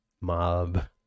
mob